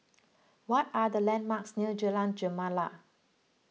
what are the landmarks near Jalan Gemala